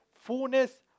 fullness